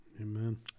Amen